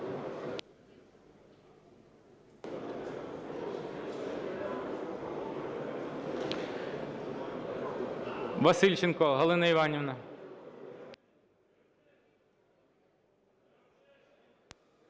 Васильченко Галина Іванівна.